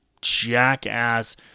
jackass